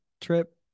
trip